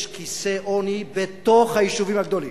יש כיסי עוני בתוך היישובים הגדולים,